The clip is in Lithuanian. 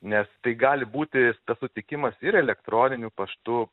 nes tai gali būti tas sutikimas ir elektroniniu paštu